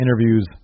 interviews